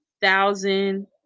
thousand